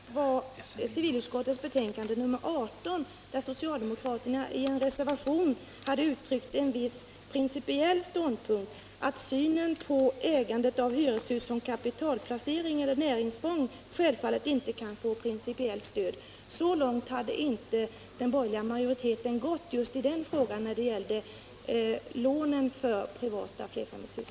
Herr talman! Vad jag hänvisat till var civilutskottets betänkande nr 18, där socialdemokraterna i en reservation hade uttryckt en viss principiell ståndpunkt, nämligen att synen på ägandet av hyreshus såsom kapitalplacering eller näringsfång självfallet inte kan få principiellt stöd. Så långt hade inte den borgerliga majoriteten gått just när det gällde lån till privata flerfamiljshus.